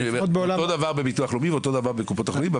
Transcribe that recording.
אותו הדבר בביטוח הלאומי ובקופות החולים.